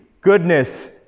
goodness